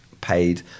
paid